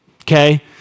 okay